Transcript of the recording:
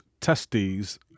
testes